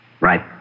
Right